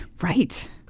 Right